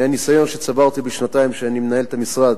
מהניסיון שצברתי בשנתיים שאני מנהל את המשרד